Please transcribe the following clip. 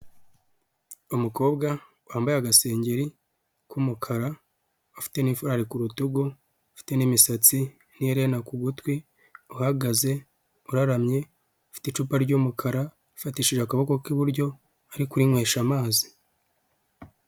Umukobwa wambaye agasengeri k'umukara afite ni ifurari ku rutugu, afite n'imisatsi n'iherena ku gutwi, uhagaze, uraramye ufite icupa ry'umukara, afatishije akaboko k'iburyo ari kurinnywesha amazi.